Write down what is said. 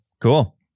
Cool